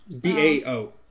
B-A-O